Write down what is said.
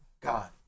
God